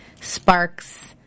sparks